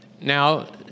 now